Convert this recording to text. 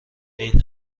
این